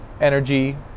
energy